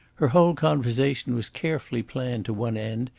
her whole conversation was carefully planned to one end,